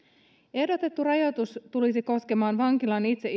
ehdotettu rajoitus tulisi koskemaan vankilaan itse